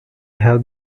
have